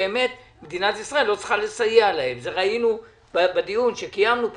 באמת מדינת ישראל לא צריכה לסייע להם ואת זה ראינו בדיון שקיימנו פה,